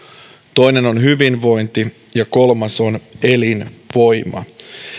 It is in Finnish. toinen on hyvinvointi ja kolmas on elinvoima